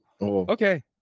Okay